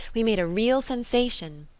we made a real sensation.